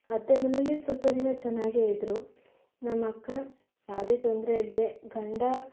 ಅತ್ತೆ ಮನೆಯಲ್ಲಿ ಸ್ವಲ್ಪ ದಿನ ಚೆನ್ನಾಗೇ ಇದ್ದರು ನಮ್ಮಕ್ಕ ಯಾವುದೇ ತೊಂದರೆ ಇಲ್ಲದೇ ಗಂಡ